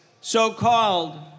so-called